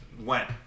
went –